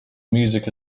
music